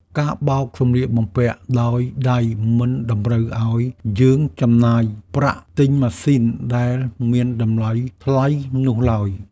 ការបោកសម្លៀកបំពាក់ដោយដៃមិនតម្រូវឱ្យយើងចំណាយប្រាក់ទិញម៉ាស៊ីនដែលមានតម្លៃថ្លៃនោះឡើយ។